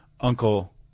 Uncle